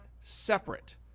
separate